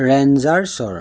ৰেঞ্জাৰ্ছৰ